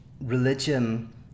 religion